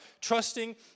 trusting